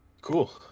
Cool